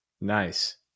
Nice